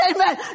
Amen